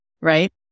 right